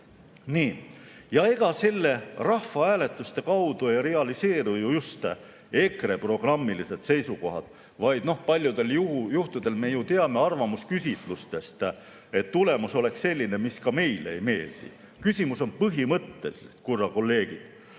Ega rahvahääletuste kaudu ei realiseeru ju just EKRE programmilised seisukohad. Paljudel juhtudel me ju teame arvamusküsitlustest, et tulemus oleks selline, mis ka meile ei meeldi. Küsimus on põhimõttes, kulla kolleegid!